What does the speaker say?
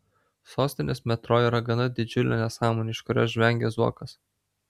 sostinės metro yra gana didžiulė nesąmonė iš kurios žvengia zuokas